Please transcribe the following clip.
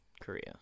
Korea